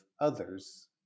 others